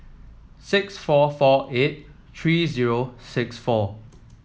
six four four eight three zero six four